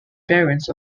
parents